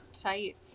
tight